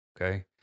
Okay